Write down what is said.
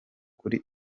kuri